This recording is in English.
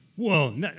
Whoa